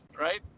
right